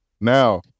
Now